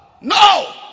No